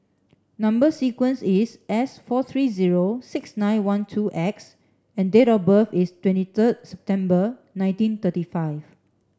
number sequence is S four three zero six nine one two X and date of birth is twenty third September nineteen thirty five